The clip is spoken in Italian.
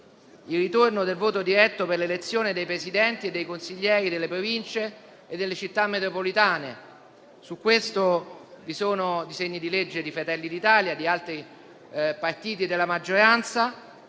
al ritorno del voto diretto per l'elezione dei Presidenti e dei consiglieri delle Province e delle Città metropolitane. Su questo vi sono disegni di legge di Fratelli d'Italia e di altri partiti della maggioranza,